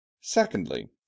Secondly